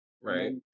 Right